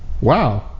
wow